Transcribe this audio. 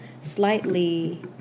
slightly